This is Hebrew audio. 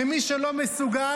כמי שלא מסוגל,